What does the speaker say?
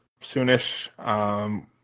soonish